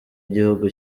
igihugu